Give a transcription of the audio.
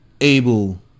Able